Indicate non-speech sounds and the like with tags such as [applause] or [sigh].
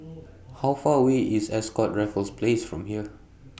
[noise] How Far away IS Ascott Raffles Place from here